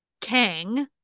Kang